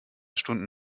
stunden